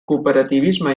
cooperativisme